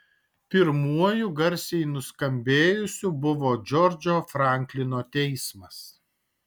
pirmuoju garsiai nuskambėjusiu buvo džordžo franklino teismas